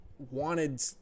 wanted